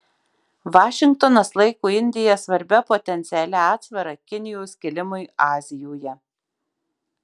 vašingtonas laiko indiją svarbia potencialia atsvara kinijos kilimui azijoje